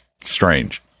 strange